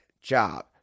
job